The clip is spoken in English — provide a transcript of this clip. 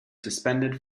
suspended